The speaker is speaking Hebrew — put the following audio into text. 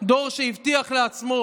דור שהבטיח לעצמו